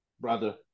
brother